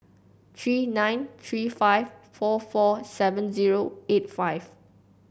three nine three five four four seven zero eight five